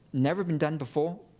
never been done before.